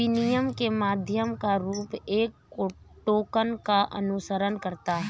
विनिमय के माध्यम का रूप एक टोकन का अनुसरण करता है